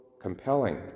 compelling